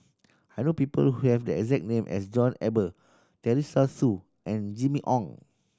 I know people who have the exact name as John Eber Teresa Hsu and Jimmy Ong